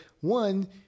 one